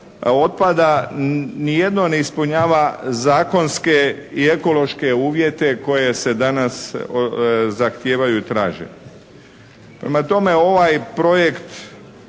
otpada nijedno ne ispunjava zakonske i ekološke uvjete koje se danas zahtijevaju i traže. Prema tome, ovaj projekt